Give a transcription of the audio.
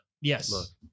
Yes